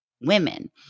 Women